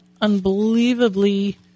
unbelievably